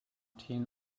teen